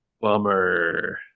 Bummer